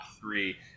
three